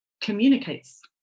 communicates